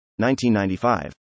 1995